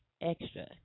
extra